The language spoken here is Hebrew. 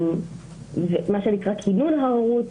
כינון ההורות.